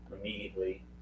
immediately